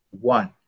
One